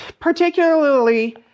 particularly